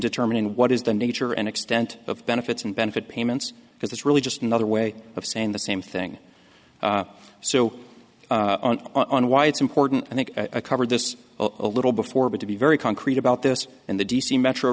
determining what is the nature and extent of benefits and benefit payments because it's really just another way of saying the same thing so on why it's important i think i covered this a little before but to be very concrete about this in the d c metro